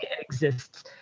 exists